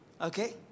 Okay